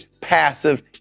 passive